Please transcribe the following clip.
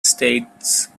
states